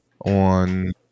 on